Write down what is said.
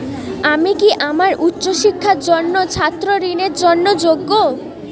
আমি কি আমার উচ্চ শিক্ষার জন্য ছাত্র ঋণের জন্য যোগ্য?